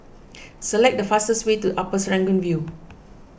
select the fastest way to Upper Serangoon View